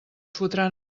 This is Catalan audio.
fotran